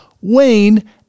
Wayne